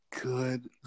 Good